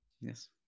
yes